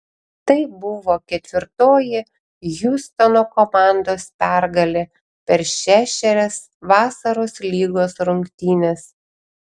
tai buvo ketvirtoji hjustono komandos pergalė per šešerias vasaros lygos rungtynes